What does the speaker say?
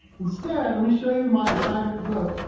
instead, let me show you my assignment book.